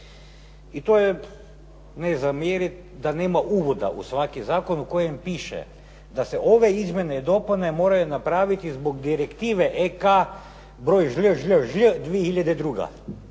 i to je ne zamjeriti da nema uvoda u svaki zakon u kojem piše da se ove izmjene i dopune moraju napraviti zbog Direktive EK br. žlj, žlj, žlj 2002.,